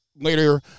later